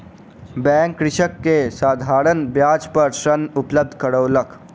bank कृषक के साधारण ब्याज पर ऋण उपलब्ध करौलक